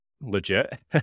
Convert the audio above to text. legit